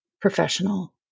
professional